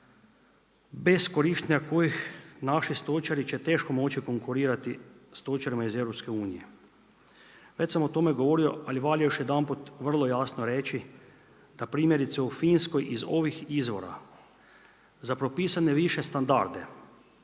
bez korištenja kojih naši stočari će teško moći konkurirati stočarima iz EU-a. Već sam o tome govorio, ali valja još jedanput vrlo jasno reći da primjerice u Finskoj iz ovih izvora za propisane više standarde